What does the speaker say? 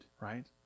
Right